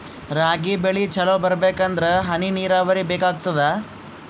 ರಾಗಿ ಬೆಳಿ ಚಲೋ ಬರಬೇಕಂದರ ಹನಿ ನೀರಾವರಿ ಬೇಕಾಗತದ?